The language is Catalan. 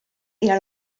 era